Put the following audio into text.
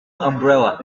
umbrella